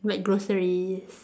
like groceries